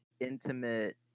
intimate